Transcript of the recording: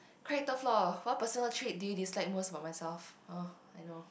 character flaw what personal trait do you dislike most about myself oh I know